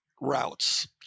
routes